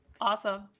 Awesome